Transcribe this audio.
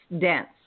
dense